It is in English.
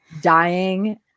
Dying